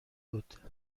بود